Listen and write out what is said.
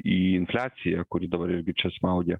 į infliaciją kuri dabar irgi čia smaugia